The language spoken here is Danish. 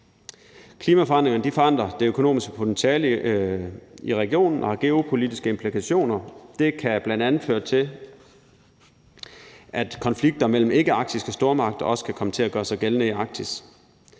Klimaforandringerne forandrer det økonomiske potentiale i regionen og har geopolitiske implikationer. Det kan bl.a. føre til, at konflikter mellem ikkearktiske stormagter også kan komme til at gøre sig gældende i Arktis.